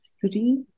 three